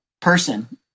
person